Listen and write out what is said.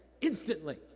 instantly